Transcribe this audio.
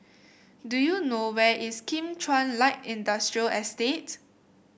do you know where is Kim Chuan Light Industrial Estate